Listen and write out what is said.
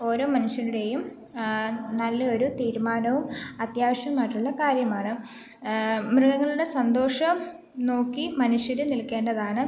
ഓരോ മനുഷ്യരുടെയും നല്ല ഒരു തീരുമാനവും അത്യാവശ്യമായിട്ടുള്ള കാര്യമാണ് മൃഗങ്ങളുടെ സന്തോഷം നോക്കി മനുഷ്യർ നിൽക്കേണ്ടതാണ്